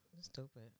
Stupid